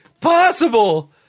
Possible